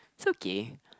okay